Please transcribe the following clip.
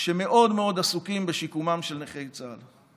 שמאוד מאוד עסוקים בשיקומם של נכי צה"ל.